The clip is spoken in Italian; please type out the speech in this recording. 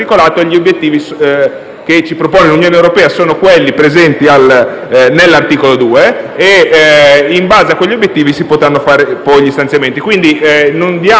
Grazie